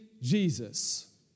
Jesus